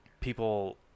people